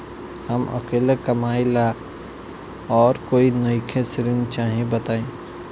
हम अकेले कमाई ला और कोई नइखे ऋण चाही बताई?